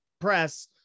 press